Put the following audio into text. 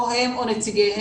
או הם או נציגיהם,